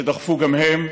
שדחפו גם הם.